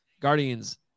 Guardians